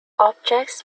objects